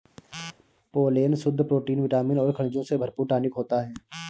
pollen शुद्ध protein vitamin और खनिजों से भरपूर टॉनिक होता है